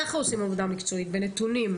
ככה עושים עבודה מקצועית, בנתונים,